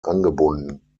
angebunden